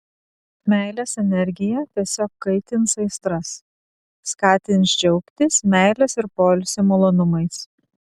meilės energija tiesiog kaitins aistras skatins džiaugtis meilės ir poilsio malonumais